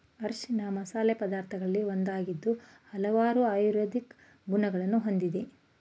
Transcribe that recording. ಅರಿಶಿಣ ಮಸಾಲೆ ಪದಾರ್ಥಗಳಲ್ಲಿ ಒಂದಾಗಿದ್ದು ಹಲವಾರು ಆಯುರ್ವೇದಿಕ್ ಗುಣಗಳನ್ನು ಹೊಂದಿದೆ